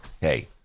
Hey